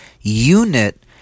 unit